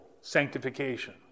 sanctification